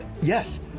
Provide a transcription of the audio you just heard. Yes